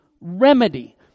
remedy